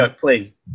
please